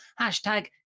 Hashtag